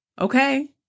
Okay